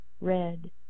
Red